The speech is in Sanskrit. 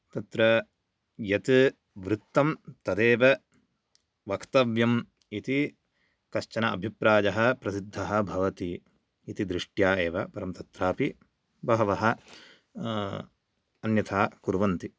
तत्र यत् वृत्तं तदेव वक्तव्यम् इति कश्चन अभिप्राय प्रसिद्ध भवति इति दृष्ट्या एव परं तत्रापि बहव अन्यथा कुर्वन्ति